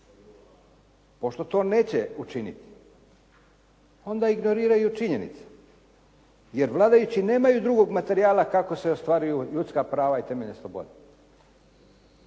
Pošto to neće učiniti onda ignoriraju činjenice, jer vladajući nemaju drugog materijala kako se ostvaruju ljudska prava i temeljne slobode.